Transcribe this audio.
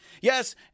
yes